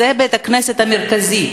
זה בית-הכנסת המרכזי.